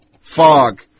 fog